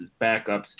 backups